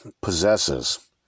possesses